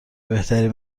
بهتری